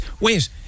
wait